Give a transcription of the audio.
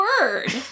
word